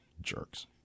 jerks